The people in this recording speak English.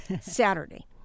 Saturday